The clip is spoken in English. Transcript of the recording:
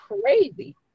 crazy